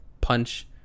punch